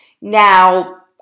now